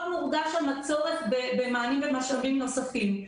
מורגש שם הצורך במענים ומשאבים נוספים.